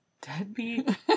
deadbeat